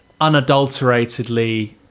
unadulteratedly